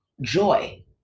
joy